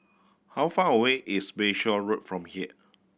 how far away is Bayshore Road from here